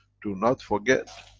do not forget,